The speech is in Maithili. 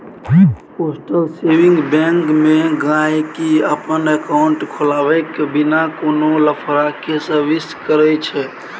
पोस्टल सेविंग बैंक मे गांहिकी अपन एकांउट खोलबाए बिना कोनो लफड़ा केँ सेविंग करय छै